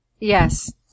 Yes